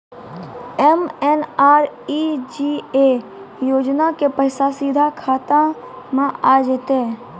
MNREGA योजना के पैसा सीधा खाता मे आ जाते?